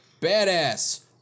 badass